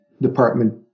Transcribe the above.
department